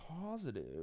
positive